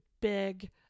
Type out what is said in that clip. big